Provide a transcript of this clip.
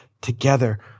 together